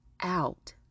out